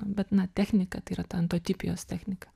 bet na technika tai yra ta antotipijos technika